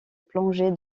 plongée